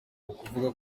kuvuga